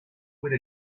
with